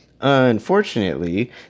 Unfortunately